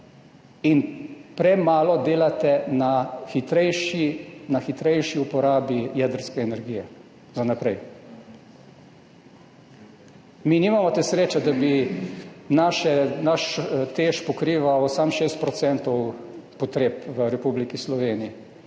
in premalo delate na hitrejši uporabi jedrske energije za naprej. Mi nimamo te sreče, da bi naš TEŠ pokrival samo 6 % potreb v Republiki Sloveniji,